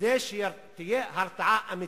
כדי שתהיה הרתעה אמיתית.